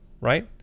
right